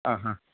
ആ ഹാ